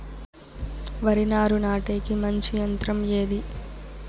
వరి నారు నాటేకి మంచి యంత్రం ఏది?